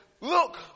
look